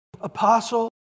apostle